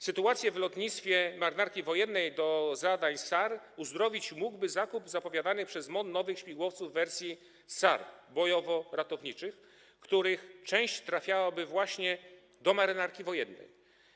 Sytuację w lotnictwie Marynarki Wojennej do zadań SAR uzdrowić mógłby zakup zapowiadanych przez MON nowych śmigłowców w wersji SAR, bojowo-ratowniczych, których część trafiałaby właśnie do Marynarki Wojennej.